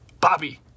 bobby